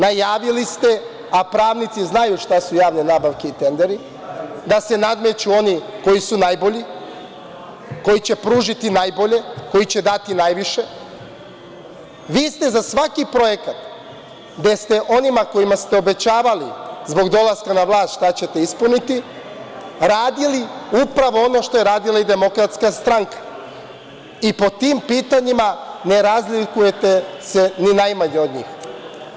Najavili ste, a pravnici znaju šta su javne nabavke i tenderi, da se nadmeću oni koji su najbolji, koji će pružiti najbolje, koji će dati najviše, vi ste za svaki projekat gde ste onima kojima ste obećavali zbog dolaska na vlast šta ćete ispuniti, radili upravo ono što je radila i DS, i po tim pitanjima ne razlikujete se ni najmanje od njih.